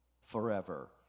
forever